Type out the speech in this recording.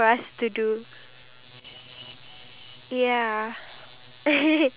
we both can live a positive plus